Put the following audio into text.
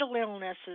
illnesses